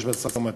יש משא-ומתן.